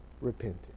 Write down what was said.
repented